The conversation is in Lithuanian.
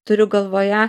turiu galvoje